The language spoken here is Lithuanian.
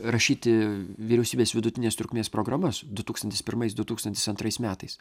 rašyti vyriausybės vidutinės trukmės programas du tūkstantis pirmais du tūkstantis antrais metais